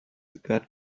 got